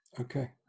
Okay